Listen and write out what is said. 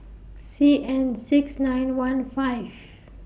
C N six nine one five